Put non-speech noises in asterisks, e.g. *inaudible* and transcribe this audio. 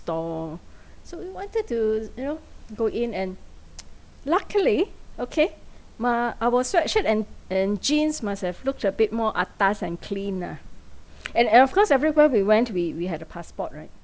store so I wanted to you know go in and *noise* luckily okay my our sweatshirt and and jeans must have looked a bit more atas and clean ah and and of course everywhere we went we we have a passport right